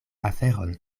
aferon